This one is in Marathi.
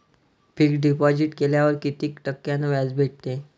फिक्स डिपॉझिट केल्यावर कितीक टक्क्यान व्याज भेटते?